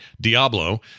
Diablo